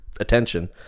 attention